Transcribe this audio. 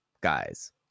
guys